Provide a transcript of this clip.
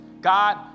God